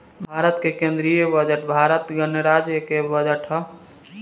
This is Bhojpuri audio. भारत के केंदीय बजट भारत गणराज्य के बजट ह